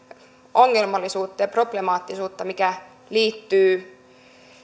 ongelmallisuutta ja problemaattisuutta mikä liittyy